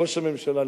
ראש הממשלה,